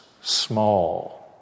small